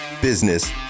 business